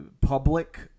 public